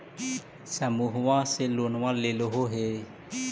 समुहवा से लोनवा लेलहो हे?